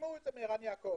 תשמעו את זה מערן יעקב.